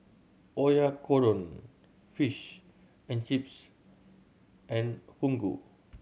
Oyakodon Fish and Chips and Fugu